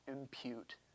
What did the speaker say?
impute